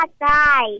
die